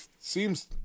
seems